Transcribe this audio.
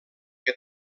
que